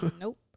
Nope